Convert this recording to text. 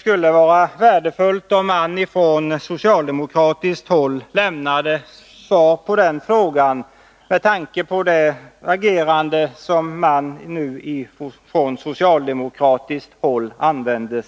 skulle vara värdefullt, om socialdemokraterna vid något tillfälle lämnade ett svar på den frågan — inte minst med tanke på det sätt på vilket socialdemokraterna nu